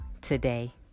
today